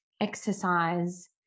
exercise